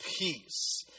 peace